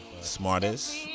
Smartest